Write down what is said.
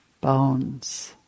Bones